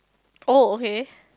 oh okay